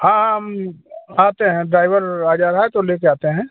हाँ हाँ हम आते हैं ड्राईवर आ जा रहा है तो ले कर आते हैं